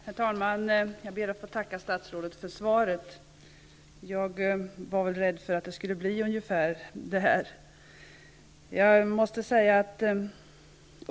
Fru talman! Jag ber att få tacka statsrådet för svaret. Jag var rädd för att det skulle bli ungefär det här.